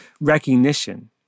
recognition